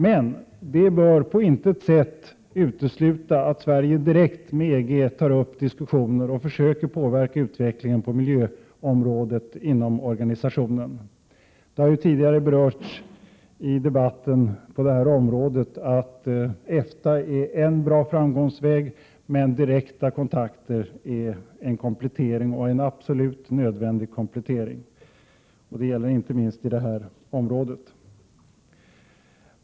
Detta bör inte på något sätt utesluta att Sverige direkt med EG tar upp diskussioner och försöker påverka utvecklingen på miljöområdet inom organisationen. Det har ju tidigare berörts i debatten att EFTA är en bra väg att gå men att direkta kontakter är en absolut nödvändig komplettering, och detta gäller inte minst på det här området.